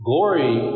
Glory